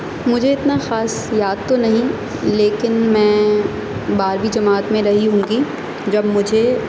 مجھے اتنا خاص یاد تو نہیں لیکن میں بارہویں جماعت میں رہی ہونگی جب مجھے